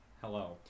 Hello